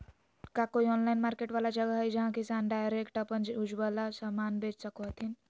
का कोई online market वाला जगह हइ जहां किसान डायरेक्ट अप्पन उपजावल समान बेच सको हथीन?